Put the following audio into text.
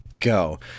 Go